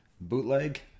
bootleg